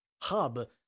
hub